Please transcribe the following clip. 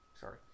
sorry